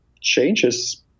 changes